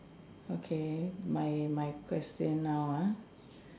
okay my my question now ah